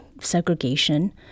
segregation